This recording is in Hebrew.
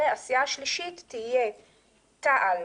והסיעה השלישית תהיה תע"ל